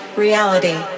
reality